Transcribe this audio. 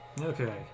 Okay